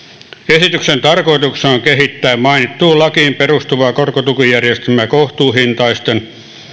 esityksen tarkoituksena on kehittää mainittuun lakiin perustuvaa korkotukijärjestelmää kohtuuhintaisten